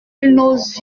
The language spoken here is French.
nos